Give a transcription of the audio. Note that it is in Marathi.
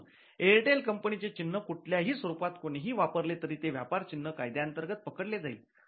म्हणून एअरटेल कंपनीचे चिन्ह कुठल्याही स्वरूपात कोणीही वापरले तरी ते व्यापार चिन्ह कायद्यांतर्गत पकडले जाईल